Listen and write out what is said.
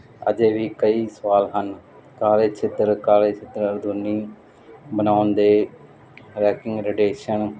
ਅਜੇ ਵੀ ਕਈ ਸਵਾਲ ਹਨ ਕਾਲੇ ਛਿੱਤਰ ਕਾਲੇ ਚਿੱਤਰ ਅਰਦੂਨੀ ਬਣਾਉਣ ਦੇ ਰੈਕਿੰਗ ਰਡੇਸ਼ਨ